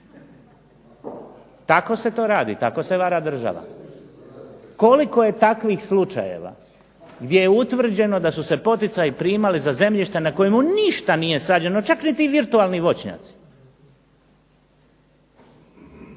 Tako se to radi, tako se vara država. Koliko je takvih slučajeva gdje je utvrđeno da su se poticaji primali za zemljišta na kojemu ništa nije sađeno, čak niti virtualni voćnjaci?